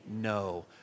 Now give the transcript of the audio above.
no